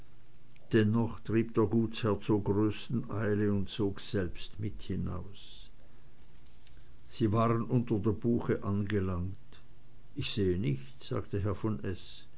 dennoch trieb der gutsherr zur größten eile und zog selbst mit hinaus sie waren unter der buche angelangt ich sehe nichts sagte herr von